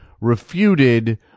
refuted